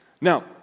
Now